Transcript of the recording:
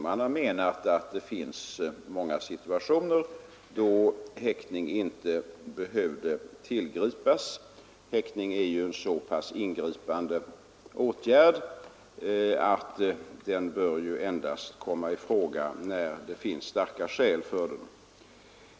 Man har ansett att det finns många situationer då häktning inte behöver tillgripas — häktning är en så pass ingripande åtgärd att den endast bör komma i fråga när det föreligger starka skäl.